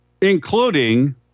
Including